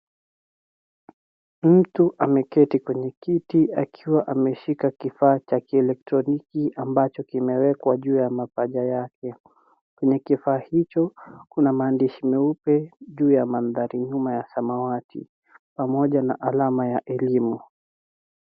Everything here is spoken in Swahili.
Mtu ameketi kwenye kiti akiwa ameshika kifaa cha kielektroniki ambacho kimewekwa juu ya mapaja yake. Kwenye kifaa hicho kuna maandishi meupe juu ya mandhari nyuma ya samawati, pamoja na alama ya elimu.